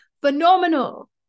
phenomenal